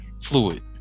Fluid